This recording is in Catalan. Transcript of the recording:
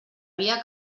via